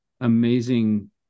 amazing